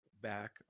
back